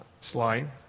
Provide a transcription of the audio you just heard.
slide